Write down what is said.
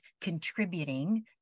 contributing